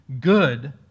good